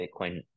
Bitcoin